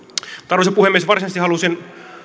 arvoisa puhemies varsinaisesti halusin